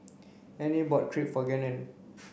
Ernie bought Crepe for Gannon